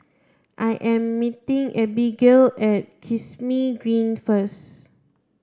I am meeting Abigale at Kismis Green first